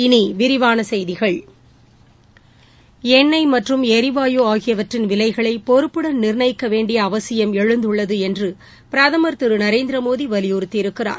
இனிவிரிவானசெய்திகள் எண்ணெய் மற்றும்ளரிவாயு ஆகியவற்றின் விலைகளைபொறுப்புடன் நிர்ணயிக்கவேண்டியஅவசியம் எழுந்துள்ளதுஎன்றுபிரதமர் திருநரேந்திரமோடிவலியுறுத்தியிருக்கிறார்